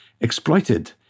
exploited